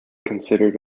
considered